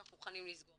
אנחנו מוכנים לסגור".